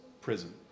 prison